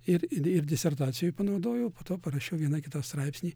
ir ir disertacijoj panaudojau po to parašiau vieną kitą straipsnį